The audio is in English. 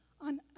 on